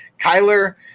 Kyler